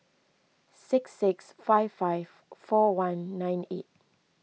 six six five five four one nine eight